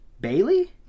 Bailey